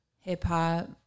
hip-hop